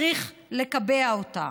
צריך לקבע אותה.